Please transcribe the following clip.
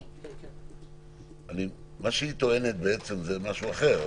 היא טוענת משהו אחר.